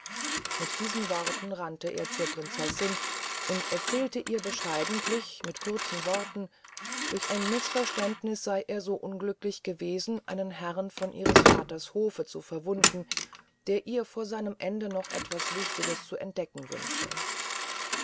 mit diesen worten rannte er zur prinzessin und erzählte ihr bescheidentlich mit kurzen worten durch ein mißverständniß sey er so unglücklich gewesen einen herrn von ihres vaters hofe zu verwunden der ihr vor seinem ende noch etwas wichtiges zu entdecken wünsche